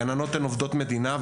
הגננות הן עובדות מדינה,